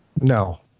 No